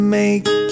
make